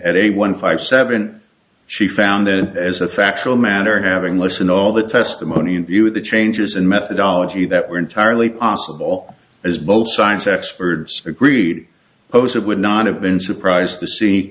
a one five seven she found and as a factual matter having listened all the testimony in view of the changes in methodology that were entirely possible as both science experts agreed those it would not have been surprised to see